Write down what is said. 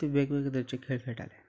तीं वेगवेगळे तरेचे खेळ खेळटाले